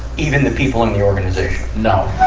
even the people in the organization. no.